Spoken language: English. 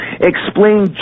Explain